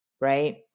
right